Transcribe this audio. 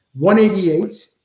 188